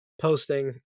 posting